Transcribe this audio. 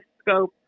scope